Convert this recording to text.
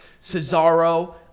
Cesaro